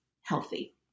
healthy